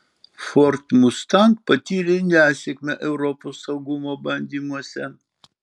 ford mustang patyrė nesėkmę europos saugumo bandymuose